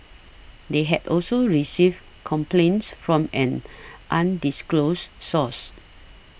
they had also received complaints from an undisclosed source